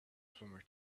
plumber